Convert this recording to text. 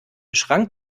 schrank